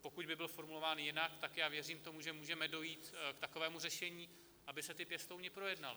Pokud by byl formulován jinak, věřím tomu, že můžeme dojít k takovému řešení, aby se ti pěstouni projednali.